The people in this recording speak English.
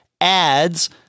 adds